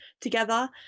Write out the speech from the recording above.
together